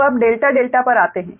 तो अब delta delta पर आते हैं